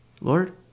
Lord